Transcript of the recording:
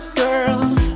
girls